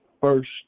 first